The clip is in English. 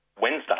Wednesday